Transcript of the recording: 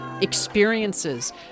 experiences